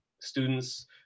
students